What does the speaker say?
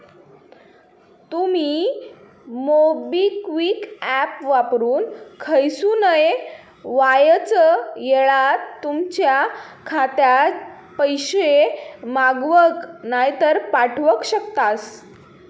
तुमी MobiKwik app वापरून खयसूनय वायच येळात तुमच्या खात्यात पैशे मागवक नायतर पाठवक शकतास